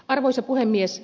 arvoisa puhemies